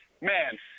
man